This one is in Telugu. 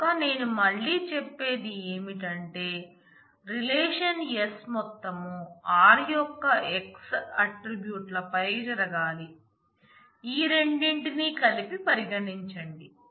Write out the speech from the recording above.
కనుక నేను మళ్లీ చెప్పేది ఏమిటంటే రిలేషన్ S మొత్తం R యొక్క X ఆట్రిబ్యూట్లపై జరగాలి ఈ రెండింటిని కలిపి పరిగణించండి